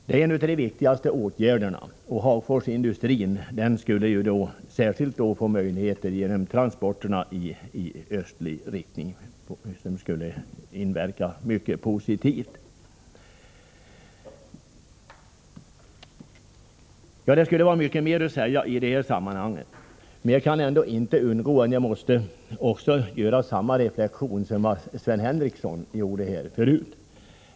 Det är en av de viktigaste åtgärderna, och Hagforsindustrin skulle få bättre förutsättningar genom ökade möjligheter att transportera i öst-västlig riktning — något som skulle ha en mycket positiv inverkan. Det skulle finnas mycket mer att säga i sammanhanget, och jag kan inte undgå att göra samma reflexion som Sven Henricsson gjorde tidigare.